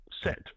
set